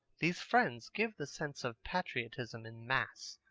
these friends give the sense of patriotism in mass.